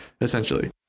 essentially